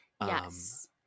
Yes